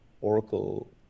Oracle